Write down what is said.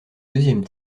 deuxième